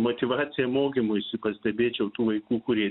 motyvaciją mokymuisi kad stebėčiau tų vaikų kurie